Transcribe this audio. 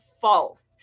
false